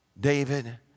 David